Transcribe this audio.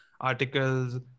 articles